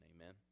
Amen